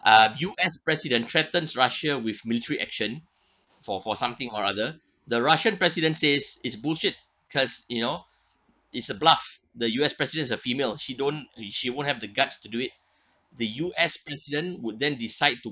uh U_S president threatened russia with military action for for something or other the russian president says it's bullshit cause you know it's a bluff the U_S president is a female she don't she won't have the guts to do it the U_S president would then decide to